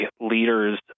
leaders